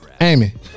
Amy